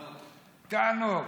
תענוג.